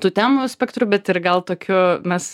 tų temų spektru bet ir gal tokiu mes